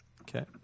Okay